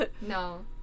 No